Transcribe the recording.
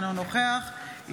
אינו נוכח שמחה רוטמן,